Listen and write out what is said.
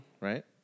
right